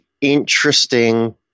interesting